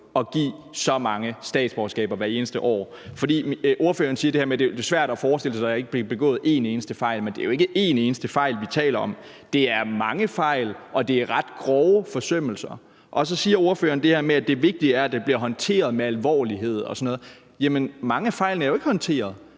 at give så mange statsborgerskaber hvert eneste år? Ordføreren siger det her med, at det er svært at forestille sig, at der ikke blev begået en eneste fejl, men det er jo ikke en eneste fejl, vi taler om – det er mange fejl, og det er ret grove forsømmelser. Så siger ordføreren det her med, at det vigtige er, at det bliver håndteret med alvorlighed og sådan noget. Jamen mange af fejlene er jo ikke håndteret.